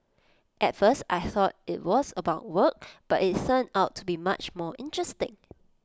at first I thought IT was about work but IT turned out to be much more interesting